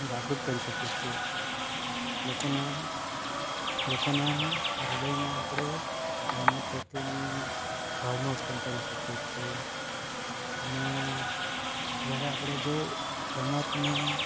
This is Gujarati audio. જાગૃત કરી શકીએ છે લોકોના લોકોના હૃદયમાં આપણે રમત પ્રત્યેની ભાવના ઉત્પન્ન કરી શકીએ છીએ અને જ્યારે આપણે જો રમતને